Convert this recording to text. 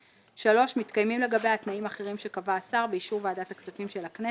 (3) מתקיימים לגביה תנאים אחרים שקבע השר באישור ועדת הכספים של הכנסת,